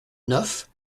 neuf